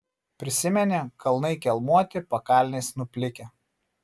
prisimeni kalnai kelmuoti pakalnės nuplikę